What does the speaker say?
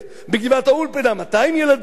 בגבעת-האולפנה 200 ילדים,